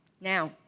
Now